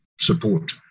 support